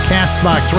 CastBox